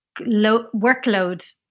workload